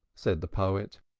said the poet.